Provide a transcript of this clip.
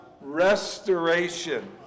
restoration